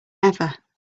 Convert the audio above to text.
ever